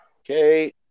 Okay